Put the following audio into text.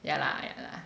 ya lah ya lah